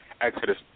Exodus